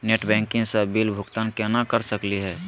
Net banking स bill भुगतान केना कर सकली हे?